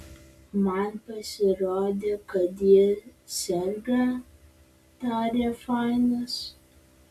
man pasirodė kad ji serga tarė fainas